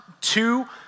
two